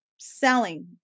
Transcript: selling